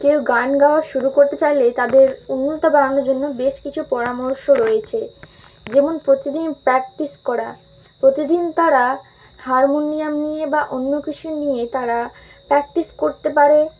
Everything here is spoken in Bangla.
কেউ গান গাওয়া শুরু করতে চাইলে তাদের উন্নত বাড়ানোর জন্য বেশ কিছু পরামর্শ রয়েছে যেমন প্রতিদিন প্র্যাকটিস করা প্রতিদিন তারা হারমোনিয়াম নিয়ে বা অন্য কিছু নিয়ে তারা প্র্যাকটিস করতে পারে